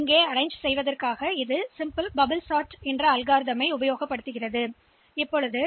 எனவே வரிசையாக்கம் எளிய பபள் சாட் வழிமுறைகளைப் பயன்படுத்துகிறோம்